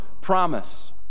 promise